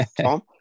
Tom